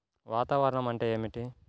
వాతావరణం అంటే ఏమిటి?